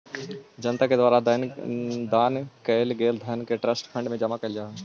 जनता के द्वारा दान कैल गेल धन के ट्रस्ट फंड में जमा कैल जा हई